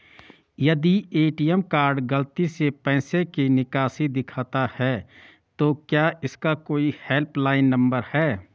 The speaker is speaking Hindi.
यदि ए.टी.एम कार्ड गलती से पैसे की निकासी दिखाता है तो क्या इसका कोई हेल्प लाइन नम्बर है?